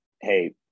hey